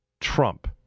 trump